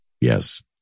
Yes